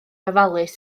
ofalus